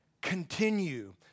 continue